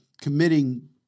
committing